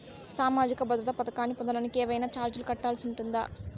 సామాజిక భద్రత పథకాన్ని పొందడానికి ఏవైనా చార్జీలు కట్టాల్సి ఉంటుందా?